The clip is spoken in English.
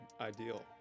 Ideal